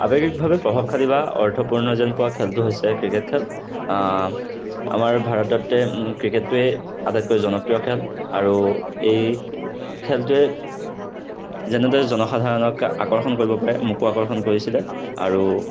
আৱেগিকভাৱে প্ৰভাৱশালী বা অৰ্থপূৰ্ণ যেন পোৱা খেলটো হৈছে ক্ৰিকেট খেল আমাৰ ভাৰততে ক্ৰিকেটটোৱে আটাইতকৈ জনপ্ৰিয় খেল আৰু এই খেলটোৱে যেনেদৰে জনসাধাৰণক আকৰ্ষণ কৰিব পাৰে মোকো আকৰ্ষণ কৰিছিলে আৰু